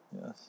Yes